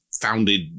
founded